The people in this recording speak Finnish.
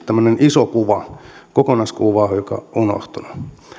tämmöinen iso kuva kokonaiskuva on unohtunut